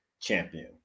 champion